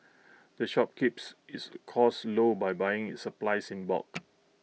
the shop keeps its costs low by buying its supplies in bulk